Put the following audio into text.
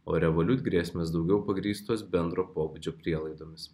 o revolut grėsmės daugiau pagrįstos bendro pobūdžio prielaidomis